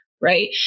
right